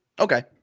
Okay